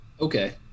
Okay